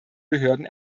behörden